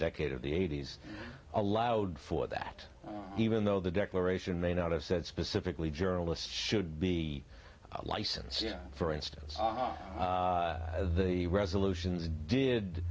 decade of the eighty's allowed for that even though the declaration may not have said specifically journalists should be a license you know for instance the resolutions did